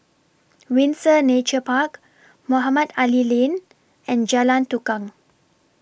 Windsor Nature Park Mohamed Ali Lane and Jalan Tukang